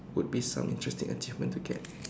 would be some interesting achievements to get